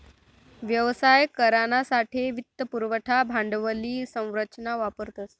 व्यवसाय करानासाठे वित्त पुरवठा भांडवली संरचना वापरतस